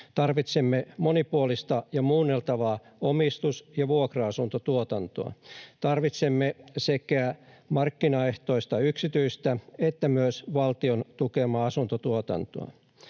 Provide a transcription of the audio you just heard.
Tarvitsemme monipuolista ja muunneltavaa omistus- ja vuokra-asuntotuotantoa. Tarvitsemme sekä markkinaehtoista yksityistä että myös valtion tukemaa asuntotuotantoa.